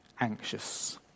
anxious